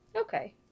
Okay